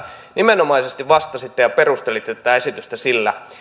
nimenomaisesti vastasitte ja perustelitte tätä esitystä sillä